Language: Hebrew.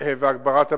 והגברת הבטיחות.